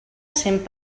cent